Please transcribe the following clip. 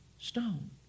Stone